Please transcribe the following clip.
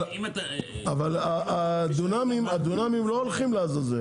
אבל הדונמים לא הולכים לעזאזל,